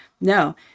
No